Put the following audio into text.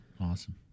Awesome